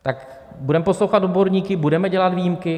Tak budeme poslouchat odborníky, budeme dělat výjimky?